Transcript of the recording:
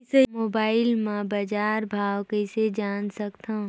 Mobile म बजार भाव कइसे जान सकथव?